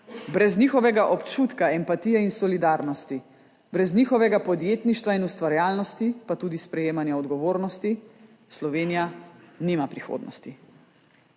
brez njihovega občutka empatije in solidarnosti, brez njihovega podjetništva in ustvarjalnosti pa tudi sprejemanja odgovornosti, Slovenija nima prihodnosti.